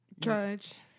Judge